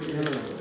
okay lah